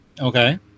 Okay